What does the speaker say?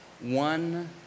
One